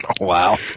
Wow